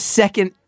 second